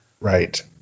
Right